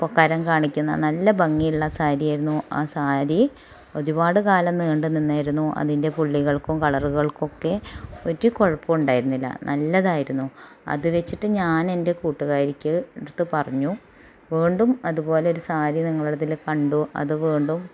അപ്പോൾ കരം കാണിക്കുന്ന നല്ല ഭംഗിയുള്ള സാരിയായിരുന്നു ആ സാരി ഒരുപാട് കാലം നീണ്ട് നിന്നിരുന്നു അതിൻ്റെ പുള്ളികൾക്കും കളറുകൾക്കൊക്കെ ഒരു കുഴപ്പവും ഉണ്ടായിരുന്നില്ല നല്ലതായിരുന്നു അത് വെച്ചിട്ട് ഞാനെൻ്റെ കൂട്ടുകാരിക്ക് അടത്ത് പറഞ്ഞു വീണ്ടും അതുപോലൊരു സാരി നിങ്ങളുടെ അടുത്ത് കണ്ടു അതുകോണ്ടും